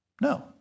No